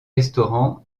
restaurants